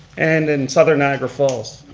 and in southern niagara falls.